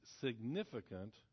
significant